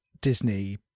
disney